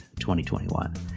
2021